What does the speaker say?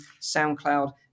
SoundCloud